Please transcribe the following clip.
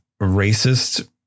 racist